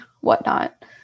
whatnot